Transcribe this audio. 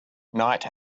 knight